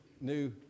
New